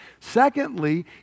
Secondly